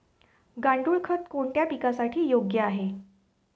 गांडूळ खत कोणत्या पिकासाठी योग्य आहे?